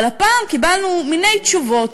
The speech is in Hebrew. אבל הפעם קיבלנו מיני תשובות.